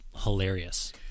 hilarious